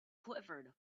quivered